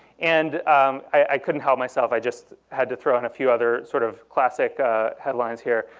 and i couldn't help myself, i just had to throw in a few other sort of classic headlines here.